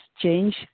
change